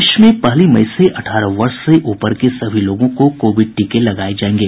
देश में पहली मई से अठारह वर्ष से ऊपर के सभी लोगों को कोविड टीके लगाए जाएंगे